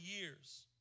years